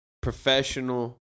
professional